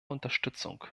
unterstützung